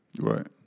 Right